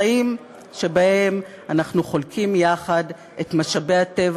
חיים שבהם אנחנו חולקים יחד את משאבי הטבע